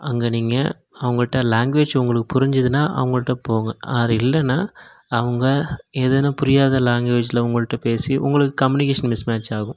அங்கே நீங்கள் அவங்கள்ட்ட லேங்குவேஜ் உங்களுக்குப் புரிஞ்சுதுனா அவங்கள்ட்ட போங்க அது இல்லைன்னா அவங்க ஏதேனும் புரியாத லேங்குவேஜ்ஜில் உங்கள்கிட்ட பேசி உங்களுக்கு கம்யூனிகேஷன் மிஸ்மேட்ச் ஆகும்